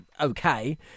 okay